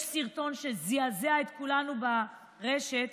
יש סרטון שזעזע את כולנו ברשת,